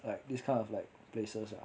like this kind of like places lah